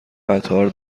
قطار